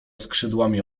skrzydłami